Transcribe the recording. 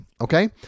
Okay